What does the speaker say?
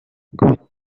good